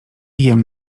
jem